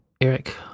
Eric